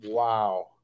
Wow